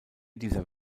dieser